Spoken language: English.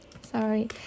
sorry